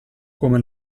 come